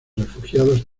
refugiados